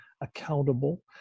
accountable